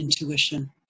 intuition